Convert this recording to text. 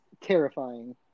terrifying